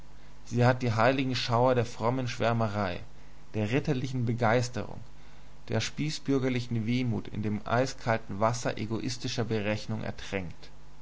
sie hat die heiligen schauer der frommen schwärmerei der ritterlichen begeisterung der spießbürgerlichen wehmut in dem eiskalten wasser egoistischer berechnung ertränkt